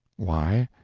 why?